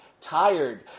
tired